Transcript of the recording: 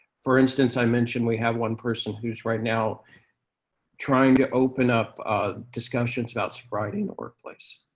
for instance, i mentioned we have one person who's right now trying to open up discussions about sobriety in the workplace.